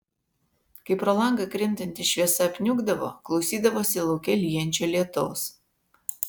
kai pro langą krintanti šviesa apniukdavo klausydavosi lauke lyjančio lietaus